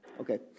Okay